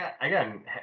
again